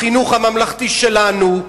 החינוך הממלכתי שלנו,